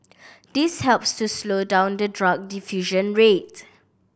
this helps to slow down the drug diffusion rate